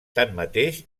tanmateix